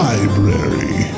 Library